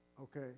Okay